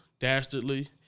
dastardly